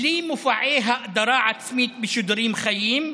בלי מופעי האדרה עצמי בשידורים חיים,